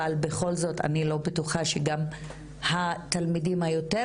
אבל בכל זאת אני לא בטוחה שהתלמידים גם היותר